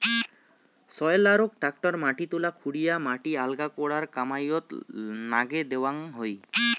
সয়েলারক tractor মাটি তলা খুরিয়া মাটি আলগা করার কামাইয়ত নাগে দ্যাওয়াং হই